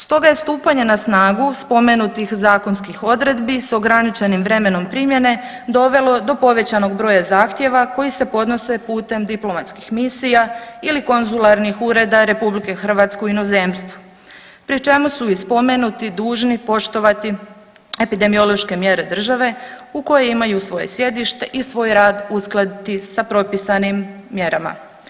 Stoga je stupanje na snagu spomenutih zakonskih odredbi s ograničenim vremenom primjene dovelo do povećanog broja zahtjeva koji se podnose putem diplomatskih misija ili konzularnih ureda RH u inozemstvu pri čemu su i spomenuti dužn poštovati epidemiološke mjere države u kojoj imaju svoje sjedište i svoj rad uskladiti sa propisani mjerama.